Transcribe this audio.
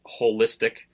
holistic